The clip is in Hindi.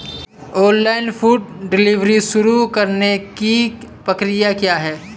ऑनलाइन फूड डिलीवरी शुरू करने की प्रक्रिया क्या है?